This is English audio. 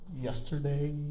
Yesterday